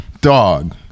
dog